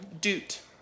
Doot